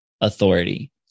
authority